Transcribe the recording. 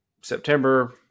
September